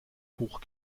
hoch